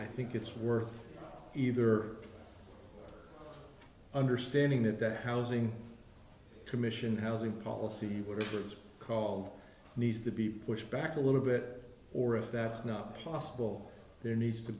i think it's worth either understanding that that housing commission housing policy where it was called needs to be pushed back a little bit or if that's not possible there needs to